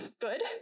good